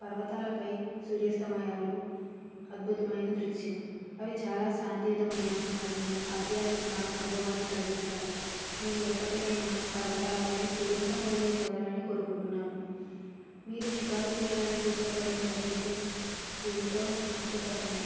పర్వతాలపై సూర్యాస్తమయాలు అద్భుతమైన దృశ్యం అవి చాలా శాంతియుతమైన మరియు ఆధ్యాత్మిక అనుభవాన్ని కలిగిస్తాయి నేను ఎప్పటికైనా పర్వతాలపై సూర్యాస్తమయాన్ని చూడాలని కోరుకుంటున్నాను మీరు షికారు చెయ్యడానికి ఇష్టపడే ప్రదేశం ఏమిటో నాకు చెప్పండి